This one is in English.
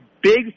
big